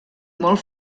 molt